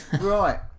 Right